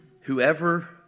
Whoever